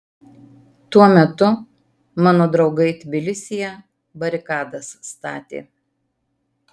tuo metu mano draugai tbilisyje barikadas statė